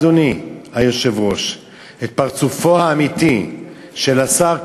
אדוני היושב-ראש: את פרצופו האמיתי של השר,